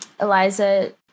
Eliza